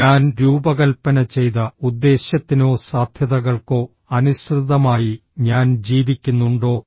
ഞാൻ രൂപകൽപ്പന ചെയ്ത ഉദ്ദേശ്യത്തിനോ സാധ്യതകൾക്കോ അനുസൃതമായി ഞാൻ ജീവിക്കുന്നുണ്ടോ